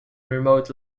remote